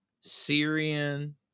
Syrian